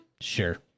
Sure